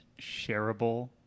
shareable